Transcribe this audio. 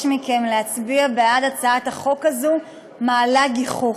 מכם להצביע בעד הצעת החוק הזאת מעלה גיחוך,